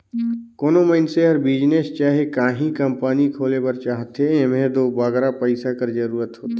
कोनो मइनसे हर बिजनेस चहे काहीं कंपनी खोले बर चाहथे एम्हें दो बगरा पइसा कर जरूरत होथे